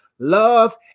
love